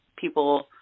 people